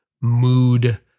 mood